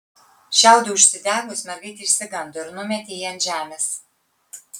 šiaudui užsidegus mergaitė išsigando ir numetė jį ant žemės